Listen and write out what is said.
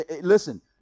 listen